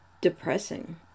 depressing